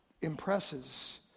impresses